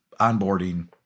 onboarding